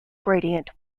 gradient